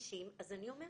אז אני אומרת.